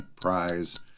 prize